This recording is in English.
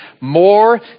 More